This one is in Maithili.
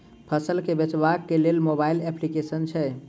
फसल केँ बेचबाक केँ लेल केँ मोबाइल अप्लिकेशन छैय?